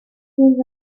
seen